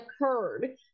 occurred